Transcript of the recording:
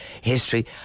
history